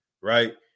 right